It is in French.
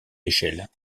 échelles